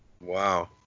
Wow